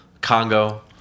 Congo